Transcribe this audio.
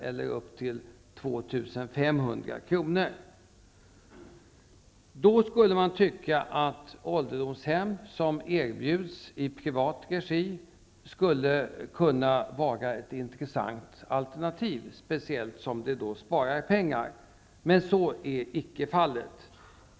eller upp till 2 000 kr. Då tycker man att ålderdomshem som erbjuds i privat regi skulle vara ett intressant alternativ, speciellt som det sparar pengar, men så är icke fallet.